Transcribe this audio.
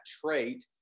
trait